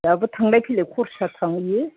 जोहाबो थांलाय फैलाय खरसा थायो